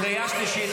קריאה שלישית,